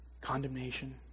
condemnation